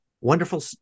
Wonderful